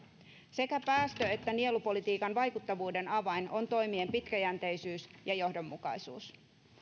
sekä päästö että nielupolitiikan vaikuttavuuden avain on toimien pitkäjänteisyys ja johdonmukaisuus